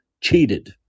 cheated